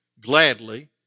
gladly